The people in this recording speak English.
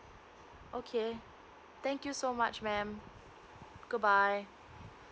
okay thank you so much ma'am goodbye